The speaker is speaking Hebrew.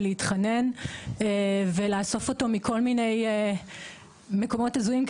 להתחנן ולאסוף אותו מכל מקומות הזויים,